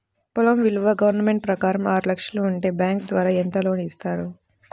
పొలం విలువ గవర్నమెంట్ ప్రకారం ఆరు లక్షలు ఉంటే బ్యాంకు ద్వారా ఎంత లోన్ ఇస్తారు?